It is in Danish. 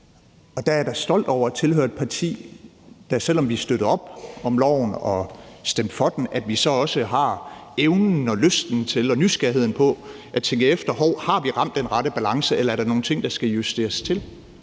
Der er jeg da stolt over at tilhøre et parti, der, selv om vi støtter op om loven og stemte for den, så også har evnen og lysten til og nysgerrigheden på at tjekke efter: Hov, har vi ramt den rette balance, eller er der nogle ting, der skal justeres?